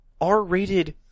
R-rated